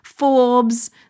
Forbes